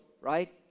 right